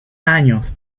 años